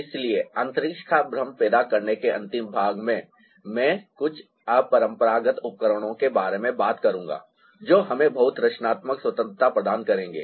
इसलिए अंतरिक्ष का भ्रम पैदा करने के अंतिम भाग में मैं कुछ अपरंपरागत उपकरणों के बारे में बात करूंगा जो हमें बहुत रचनात्मक स्वतंत्रता प्रदान करेंगे